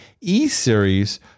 E-Series